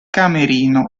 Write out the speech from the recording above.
camerino